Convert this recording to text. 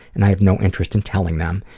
and i have no interest in telling them.